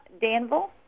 Danville